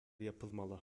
yapılmalı